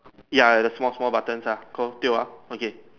ya ya the small small buttons lah cool tio ah okay